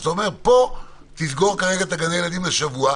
אז אתה אומר: פה תסגור כרגע את גני הילדים לשבוע,